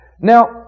Now